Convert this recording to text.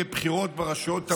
לבחירות ברשויות המקומיות,